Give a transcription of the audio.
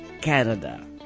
Canada